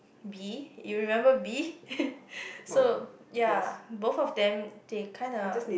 B you remember B so ya both of them they kinda